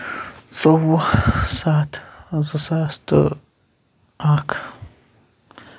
ژۆوُہ سَتھ زٕ ساس تہٕ اکھ